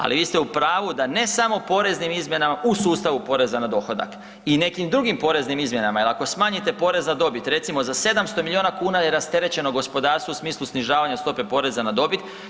Ali vi ste u pravu da ne samo poreznim izmjenama u sustavu poreza na dohodak i nekim drugim poreznim izmjenama jel ako smanjite porez na dobit, recimo za 700 milijuna kuna je rasterećeno gospodarstvo u smislu snižavanja stope poreza na dobit.